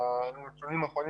לפי הנתונים,